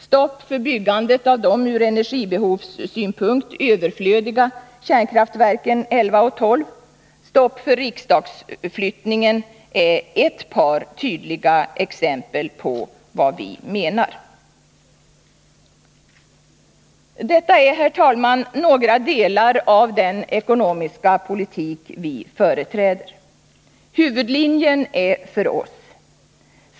Stopp för byggandet av de från energibehovssynpunkt överflödiga kärnkraftverken 11 och 12 och stopp för riksdagsflyttningen är ett par tydliga exempel på vad vi menar. Detta är, herr talman, några delar av den ekonomiska politik som vi företräder. Huvudlinjen är för oss följande.